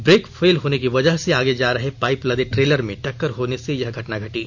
break fail होने की वजह से आगे जा रहे पाईप लदे ट्रेलर में टक्कर होने से यह घटना घटी